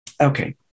Okay